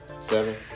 Seven